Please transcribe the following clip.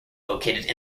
located